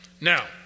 Now